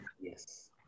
Yes